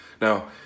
Now